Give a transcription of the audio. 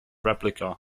replica